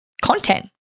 content